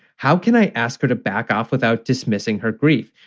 how can i ask her to back off without dismissing her grief?